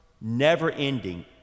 never-ending